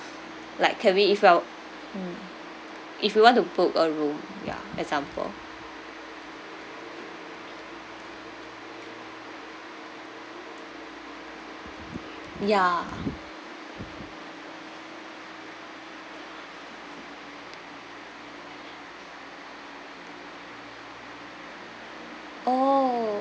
like can we if our mm if we want to book a room ya example ya orh